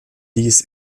dies